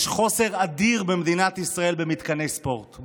יש מחסור אדיר במתקני ספורט במדינת ישראל,